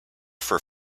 for